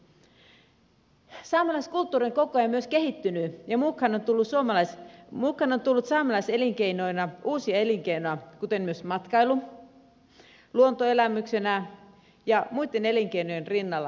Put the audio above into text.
saamelaiskulttuuri on koko ajan myös kehittynyt ja mukaan on tullut saamelaiselinkeinoina uusia elinkeinoja kuten matkailu toimiminen luontoelämyksien tarjoajana muitten elinkeinojen rinnalla